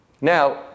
Now